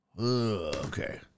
okay